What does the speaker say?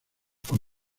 con